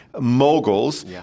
moguls